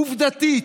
עובדתית,